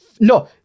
No